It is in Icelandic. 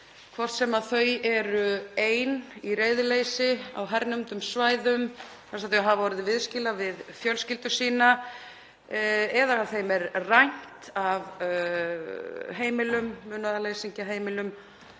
hvort sem þau eru ein í reiðileysi á hernumdum svæðum þar sem þau hafa orðið viðskila við fjölskyldu sína eða þeim rænt af munaðarleysingjaheimilum